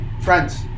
Friends